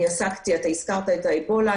הזכרת את האבולה,